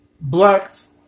blacks